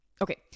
okay